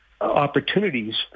opportunities